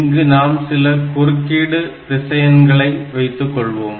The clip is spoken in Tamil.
இங்கு நாம் சில குறுக்கீடு திசையன்களை வைத்துக்கொள்வோம்